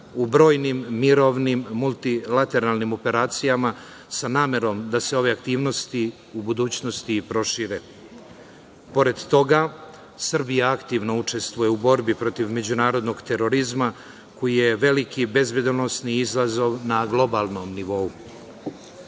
u brojnim mirovnim multilateralnim operacijama sa namerom da se ove aktivnosti u budućnosti prošire. Pored toga, Srbija aktivno učestvuje u borbi protiv međunarodnog terorizma, koji je veliki bezbednosni izazov na globalnom